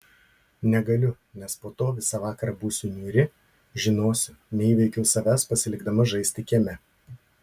negaliu nes po to visą vakarą būsiu niūri žinosiu neįveikiau savęs pasilikdama žaisti kieme